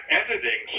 editing